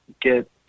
get